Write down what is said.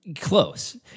Close